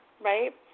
right